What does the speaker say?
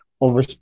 over